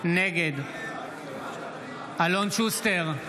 נגד אלון שוסטר,